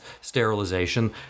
sterilization